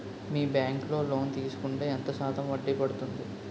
మీ bank లో loan తీసుకుంటే ఎంత శాతం వడ్డీ పడ్తుంది?